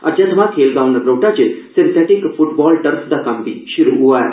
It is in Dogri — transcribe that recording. अज्जै थमां खेल गांव नगरोटा च सिनथेटिक फुटबाल टर्फ दा कम्म बी शुरु होआ ऐ